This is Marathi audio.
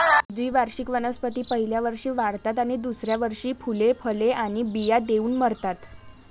द्विवार्षिक वनस्पती पहिल्या वर्षी वाढतात आणि दुसऱ्या वर्षी फुले, फळे आणि बिया देऊन मरतात